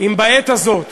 אם בעת הזאת,